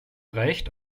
recht